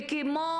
וכמו